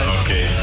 okay